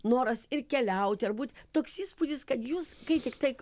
noras ir keliauti ar būt toks įspūdis kad jūs kai tiktai